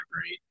great